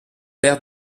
père